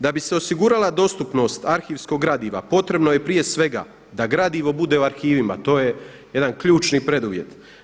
Da bi se osigurala dostupnost arhivskog gradiva potrebno je prije svega da gradivo bude u arhivima, to je jedan ključni preduvjet.